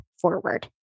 forward